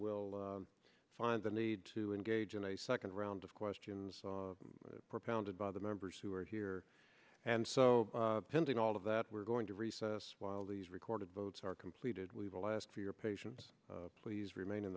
will find the need to engage in a second round of questions propounded by the members who are here and so pending all of that we're going to recess while these recorded votes are completed we will last for your patients please remain in